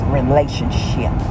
relationship